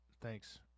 Thanks